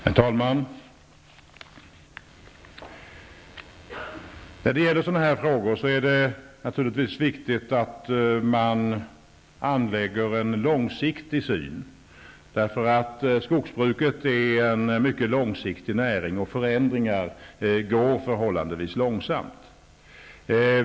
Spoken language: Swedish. Herr talman! När det gäller sådana här frågor är det naturligtvis viktigt att man anlägger en långsiktig syn. Skogsbruket är en mycket långsiktig näring, och förändringar går förhållandevis långsamt.